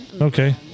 Okay